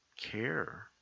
care